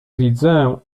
widzę